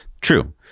True